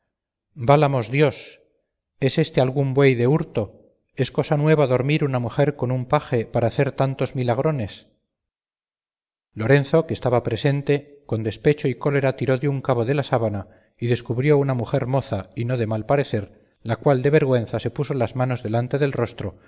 válamos dios es éste algún buey de hurto es cosa nueva dormir una mujer con un paje para hacer tantos milagrones lorenzo que estaba presente con despecho y cólera tiró de un cabo de la sábana y descubrió una mujer moza y no de mal parecer la cual de vergüenza se puso las manos delante del rostro